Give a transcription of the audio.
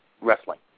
wrestling